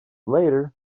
later